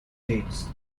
games